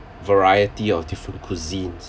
variety of different cuisines